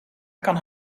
kan